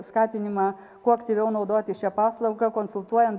skatinimą kuo aktyviau naudoti šią paslaugą konsultuojant